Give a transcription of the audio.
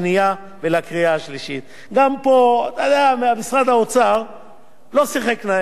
גם פה, משרד האוצר לא שיחק באופן הוגן.